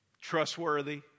trustworthy